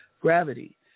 gravity